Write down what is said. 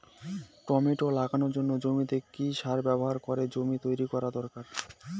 Tomato লাগানোর জন্য জমিতে কি সার ব্যবহার করে জমি তৈরি করা দরকার?